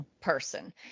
Person